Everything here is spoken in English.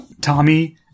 Tommy